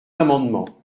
amendements